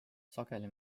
sageli